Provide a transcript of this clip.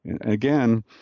Again